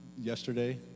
yesterday